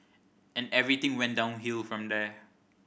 and everything went downhill from there